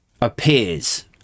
appears